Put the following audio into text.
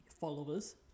followers